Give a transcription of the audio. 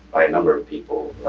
by a number of people,